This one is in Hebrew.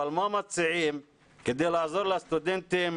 אבל מה מציעים כדי לעזור לסטודנטים